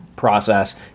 process